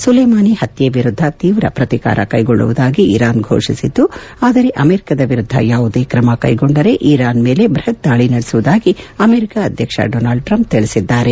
Soleimani ಪತ್ತೆ ವಿರುದ್ದ ತೀವ್ರ ಪ್ರತಿಕಾರ ಕೈಗೊಳ್ಳುವುದಾಗಿ ಇರಾನ್ ಘೋಷಿಸಿದ್ದು ಆದರೆ ಅಮೆರಿಕದ ವಿರುದ್ದ ಯಾವುದೇ ಕ್ರಮ ಕೈಗೊಂಡರೆ ಇರಾನ್ ಮೇಲೆ ಬೃಹತ್ ದಾಳಿ ನಡೆಸುವುದಾಗಿ ಅಮೆರಿಕ ಅಧ್ಯಕ್ಷ ಡೊನಾಲ್ಡ್ ಟ್ರಂಪ್ ತಿಳಿಸಿದ್ದಾರೆ